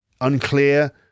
unclear